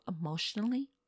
emotionally